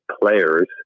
players